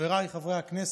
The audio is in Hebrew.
חבריי חברי הכנסת,